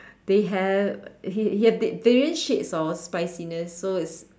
they have he he have they various shade of spiciness so it's